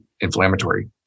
inflammatory